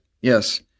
Yes